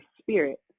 spirit